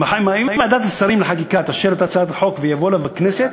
אם ועדת השרים לחקיקה תאשר את הצעת החוק ותביא אותה לכנסת,